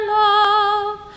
love